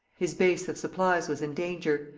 his base of supplies was in danger.